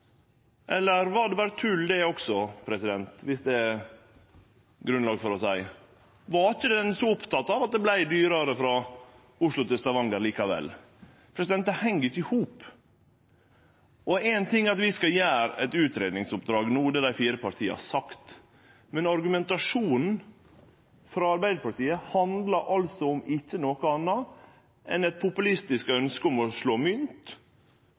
Eller var det berre tull, det også, viss det er grunnlag for å seie det. Var ein ikkje så oppteken av at det vart dyrare frå Oslo til Stavanger likevel? Det hengjer ikkje i hop. Ein ting er at vi skal gjere eit utgreiingsoppdrag no, det har dei fire partia sagt. Men argumentasjonen frå Arbeidarpartiet handlar altså ikkje om noko anna enn eit populistisk ønskje om å slå mynt